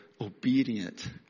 obedient